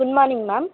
good morning ma'am